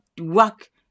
work